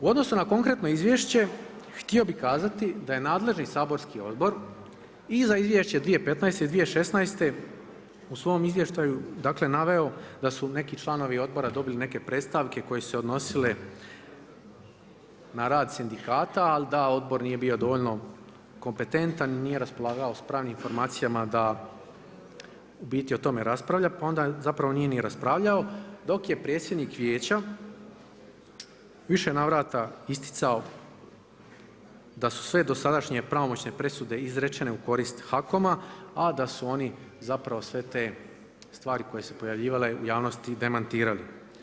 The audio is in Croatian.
U odnosu na konkretno izvješće htio bi kazati, da je nadležni saborski odbor i za izvješće 2015. i 2016. u svom izvještaju naveo da su neki članovi odbora dobili neke predstavke koje su odnosile na rad sindikata, ali da odbor nije dovoljno kompetentan i nije raspolagao sa pravnim informacijama da u biti o tome raspravlja, pa onda zapravo nije ni raspravljao, dok je predsjednik vijeća u više navrata isticao da su sve dosadašnje pravomoćne presude izrečene u korist HAKOM-a a da su oni zapravo sve te stvari koji su se pojavljivali u javnosti demantirali.